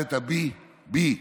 בגדת בי, בי,